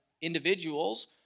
individuals